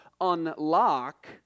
unlock